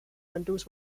windows